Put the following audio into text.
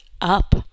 up